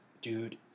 dude